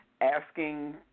asking